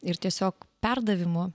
ir tiesiog perdavimu